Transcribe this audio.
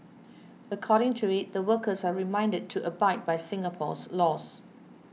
according to it the workers are reminded to abide by Singapore's laws